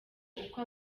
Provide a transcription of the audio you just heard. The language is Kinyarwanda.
uko